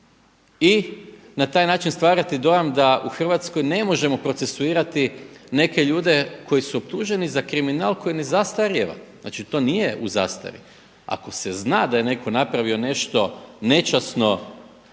i na taj način stvarati dojam da u Hrvatskoj ne možemo procesuirati neke ljude koji su optuženi za kriminal koji ne zastarijeva. Znači to nije u zastari. Ako se zna da je netko napravio nešto nečasno